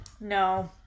No